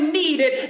needed